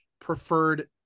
preferred